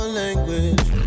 language